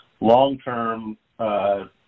long-term